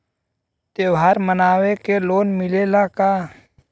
त्योहार मनावे के लोन मिलेला का?